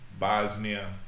Bosnia